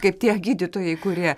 kaip tie gydytojai kurie